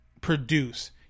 produce